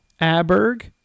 Aberg